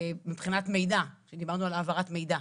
מבחינת מידע, כשדיברנו על העברת מידע.